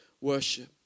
worship